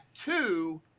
two